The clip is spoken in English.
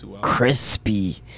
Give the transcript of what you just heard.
Crispy